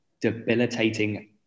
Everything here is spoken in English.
debilitating